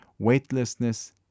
Weightlessness